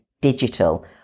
digital